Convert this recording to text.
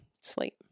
sleep